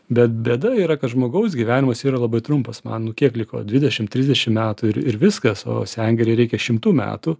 bet bėda yra kad žmogaus gyvenimas yra labai trumpas man nu kiek liko dvidešim trisdešim metų ir ir viskas o sengirei reikia šimtų metų